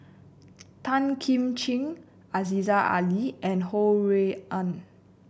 Tan Kim Ching Aziza Ali and Ho Rui An